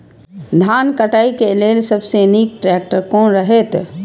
धान काटय के लेल सबसे नीक ट्रैक्टर कोन रहैत?